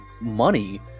money